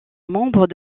membre